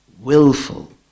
willful